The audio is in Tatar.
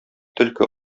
төлке